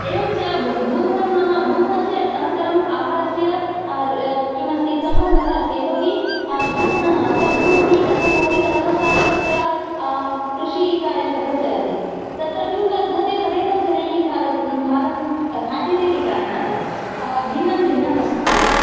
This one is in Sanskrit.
एवं च भू भूगुणं नाम भूगुणस्य अनन्तरं आहारस्य किमस्ति सम्बन्धः अस्ति यतोहि भूगुणः भूमि कथं भवति तदनुसारं तत्र कृषिकार्यं तत्र चलति तत्र किं वर्धते तदेव जनैः खादते खाद खादन् खाद्यते इति कारणात् भिन्नं भिन्नम् अस्ति